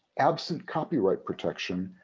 absent copyright protection,